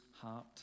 heart